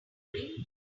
ring